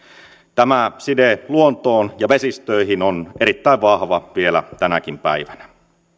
tämä side luontoon ja vesistöihin on erittäin vahva vielä tänäkin päivänä